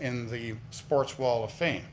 in the sports wall of fame.